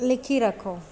लिखी रखो